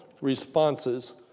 responses